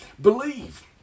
believe